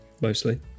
Mostly